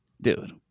dude